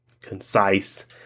concise